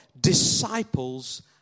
Disciples